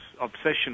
obsession